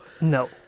No